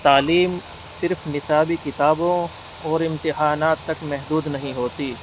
تعلیم صرف نصابی کتابوں اور امتحانات تک محدود نہیں ہوتی